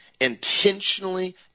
intentionally